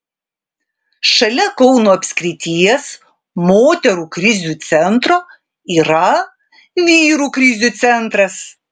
šalia kauno apskrities moterų krizių centro yra vyrų krizių centras